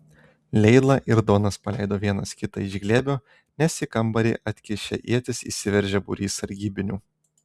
leila ir donas paleido vienas kitą iš glėbio nes į kambarį atkišę ietis įsiveržė būrys sargybinių